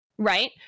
right